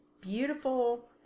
beautiful